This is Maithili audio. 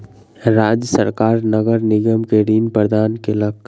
राज्य सरकार नगर निगम के ऋण प्रदान केलक